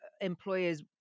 employers